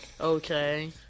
Okay